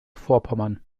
vorpommern